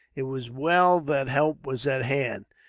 it was well that help was at hand,